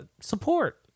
support